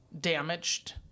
damaged